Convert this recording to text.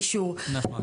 נכון.